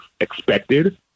expected